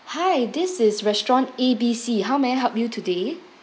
hi this is restaurant A B C how may I help you today